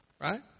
right